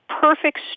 perfect